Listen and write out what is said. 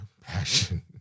passion